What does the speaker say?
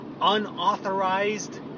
unauthorized